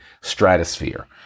stratosphere